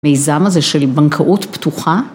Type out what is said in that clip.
‫מיזם הזה של בנקאות פתוחה?